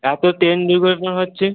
এত ট্রেন দুর্ঘটনা হচ্ছে